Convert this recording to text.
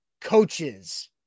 coaches